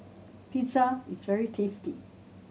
pizza is very tasty